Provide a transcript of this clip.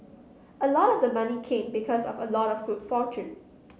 a lot of the money came because of a lot of good fortune